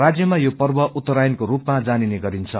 राजयमा यो पर्व उत्तरायणको रूपमा जानिने गरिन्छ